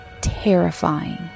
terrifying